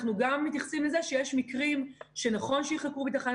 אנחנו גם מתייחסים לזה שיש מקרים שנכון שייחקרו בתחנת